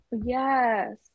Yes